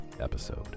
episode